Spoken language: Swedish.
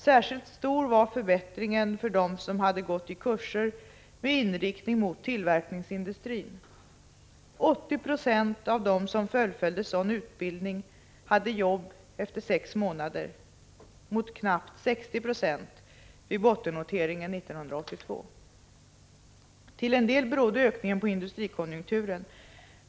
Särskilt stor var förbättringen för dem som hade gått i kurser med inriktning mot tillverkningsindustrin. 80 96 av dem som fullföljde sådan utbildning hade jobb efter sex månader — mot knappt 60 26 vid bottennoteringen 1982. Till en del berodde ökningen på industrikonjunkturen.